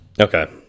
Okay